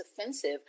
offensive